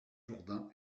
jourdain